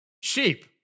sheep